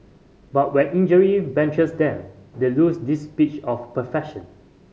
but when injury benches them they lose this pitch of perfection